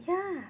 yeah